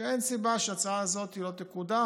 אין סיבה שההצעה הזאת לא תקודם.